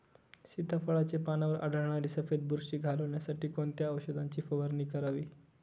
सीताफळाचे पानांवर आढळणारी सफेद बुरशी घालवण्यासाठी कोणत्या औषधांची फवारणी करावी?